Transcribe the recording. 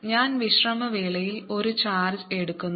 ഞാൻ വിശ്രമവേളയിൽ ഒരു ചാർജ് എടുക്കുന്നു